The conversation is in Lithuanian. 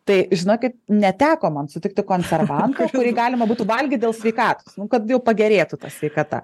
tai žinokit neteko man sutikti konservanto kurį galima būtų valgyt dėl sveikatos nu kad jau pagerėtų ta sveikata